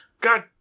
God